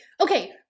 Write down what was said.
okay